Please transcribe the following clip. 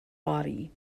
body